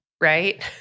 right